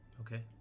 Okay